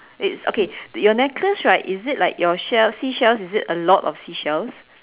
it's okay your necklace right is it like your shells seashells is it a lot of seashells